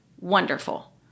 wonderful